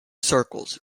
circles